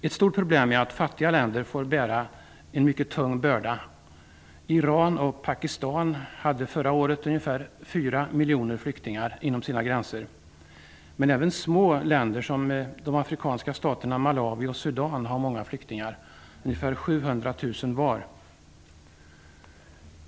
Ett stort problem är att fattiga länder får bära en mycket tung börda. Iran och Pakistan hade förra året 4 miljoner flyktingar inom sina gränser, men även små länder som de afrikanska staterna Malawi och Sudan har många flyktingar, ungefär 700 000 var.